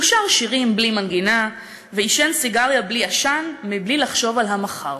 הוא שר שירים בלי מנגינה ועישן סיגריה בלי עשן בלי לחשוב על המחר.